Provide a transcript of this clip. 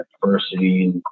diversity